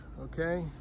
okay